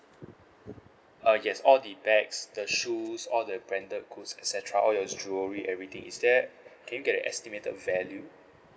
uh yes all the bags the shoes all the branded goods et cetera all your jewellery everything is there can you get the estimated value